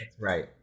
right